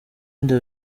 inda